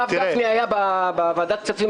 הרב גפני דיבר על זה בישיבת ועדת הכספים